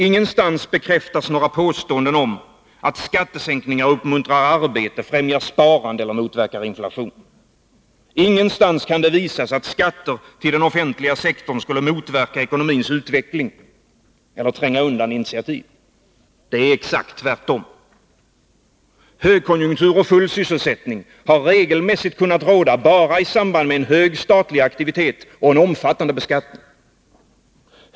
Ingenstans bekräftas några påståenden om att skattesänkningar uppmuntrar arbete, främjar sparande eller motverkar inflation. Ingenstans kan visas att skatter till den offentliga sektorn skulle motverka ekonomins utveckling eller tränga undan initiativ. Det är exakt tvärtom. Högkonjunktur och full sysselsättning har regelmässigt kunnat råda bara i samband med en hög statlig aktivitet och en omfattande beskattning.